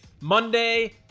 monday